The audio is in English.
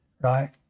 right